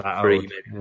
three